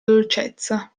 dolcezza